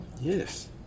Yes